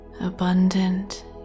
abundant